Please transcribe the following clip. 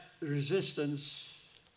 resistance